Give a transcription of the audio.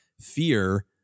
fear